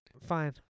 Fine